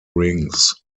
rings